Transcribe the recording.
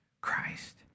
Christ